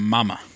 Mama